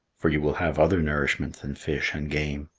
for you will have other nourishment than fish and game.